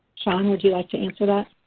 shawn would you like to answer that?